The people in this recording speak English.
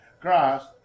Christ